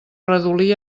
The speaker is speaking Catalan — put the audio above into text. redolí